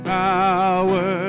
power